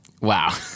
Wow